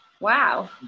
Wow